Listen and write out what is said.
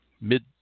mid